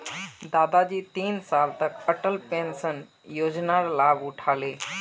दादाजी तीन साल तक अटल पेंशन योजनार लाभ उठा ले